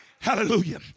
Hallelujah